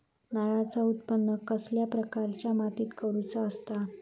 नारळाचा उत्त्पन कसल्या प्रकारच्या मातीत करूचा असता?